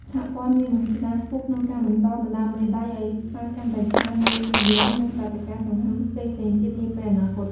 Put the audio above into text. សហព័ន្ធមានមហិច្ឆតាខ្ពស់ក្នុងការបន្តដណ្ដើមមេដាយឲ្យបានកាន់តែច្រើននៅស៊ីហ្គេម និងព្រឹត្តិការណ៍សំខាន់ផ្សេងៗទៀតនាពេលអនាគត។